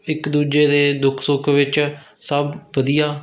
ਇੱਕ ਦੂਜੇ ਦੇ ਦੁੱਖ ਸੁੱਖ ਵਿੱਚ ਸਭ ਵਧੀਆ